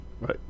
Right